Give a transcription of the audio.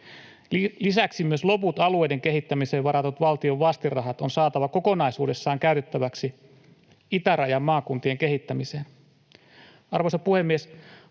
Lisäksi myös loput alueiden kehittämiseen varatut valtion vastinrahat on saatava kokonaisuudessaan käytettäväksi itärajan maakuntien kehittämiseen. Arvoisa puhemies!